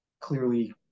clearly